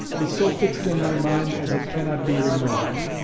is so fixed in my mind as it cannot be removed.